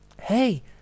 hey